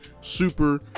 super